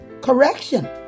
correction